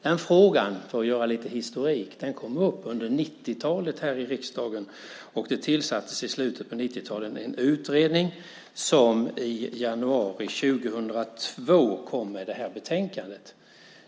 Den frågan - för att ge lite historik - kom upp under 1990-talet här i riksdagen, och i slutet av 1990-talet tillsattes en utredning som i januari 2002 kom med det betänkande som jag här visar upp.